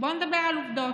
בוא נדבר על עובדות.